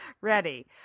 ready